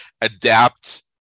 adapt